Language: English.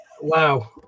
Wow